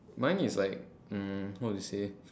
mine is like um what to say